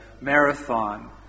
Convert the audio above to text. marathon